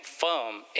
firm